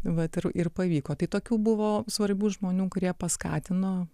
vat ir ir pavyko tai tokių buvo svarbių žmonių kurie paskatino